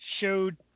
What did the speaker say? Showed